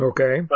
Okay